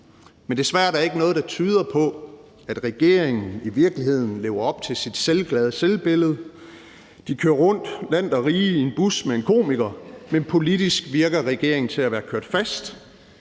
men desværre er der ikke noget, der tyder på, at regeringen i virkeligheden lever op til sit selvglade selvbillede. De kører land og rige rundt i en bus med en komiker, men politisk virker regeringen til at være kørt fast.